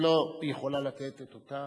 לא יכולה לתת את אותה